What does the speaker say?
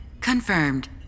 confirmed